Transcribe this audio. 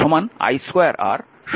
কারণ i vR